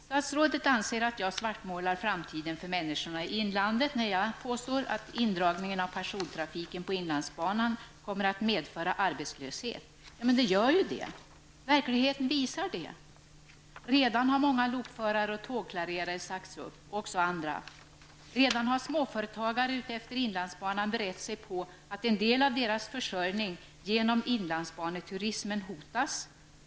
Statsrådet anser att jag svartmålar framtiden för människorna i inlandet när jag påstår att indragningen av persontrafiken på inlandsbanan kommer att medföra arbetslöshet. Men den gör ju det; verkligheten visar det. Redan har många lokförare, tågklarerare och andra sagts upp. Redan har småföretagare utefter inlandsbanan berett sig på att en del av deras försörjning genom inlandsbaneturismen hotas.